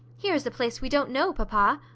here is a place we don't know, papa.